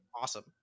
awesome